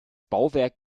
bauwerk